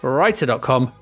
Writer.com